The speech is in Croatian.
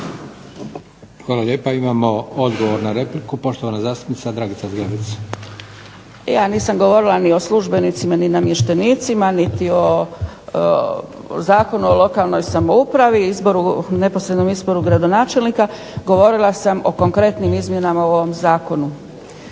Hvala lijepa. Imamo odgovor na repliku poštovana zastupnica Dragica Zgrebec. **Zgrebec, Dragica (SDP)** Ja nisam govorila ni o službenicima ni namještenicima, niti o Zakonu o lokalnoj samoupravi, neposrednom izboru gradonačelnika, govorila sam o konkretnim izmjenama u ovom zakonu.